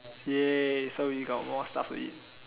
ya so we got more stuff to eat